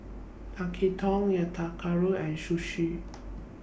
Tekkadon Yakitori and Sushi